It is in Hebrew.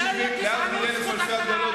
להבדיל אלף אלפי הבדלות,